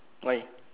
why